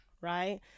right